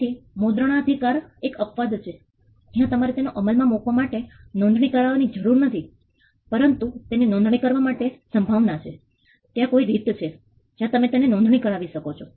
તેથી મુદ્રણાધિકાર એક અપવાદ છે જ્યાં તમારે તેને અમલ માં મુકવા માટે નોંધણી કરવાની જરૂર નથી પરંતુ તેની નોંધણી કરાવવા માટે સંભાવના છે ત્યાં કોઈ રીત છે જ્યાં તમે તેની નોંધણી કરાવી શકો છો